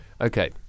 okay